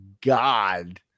god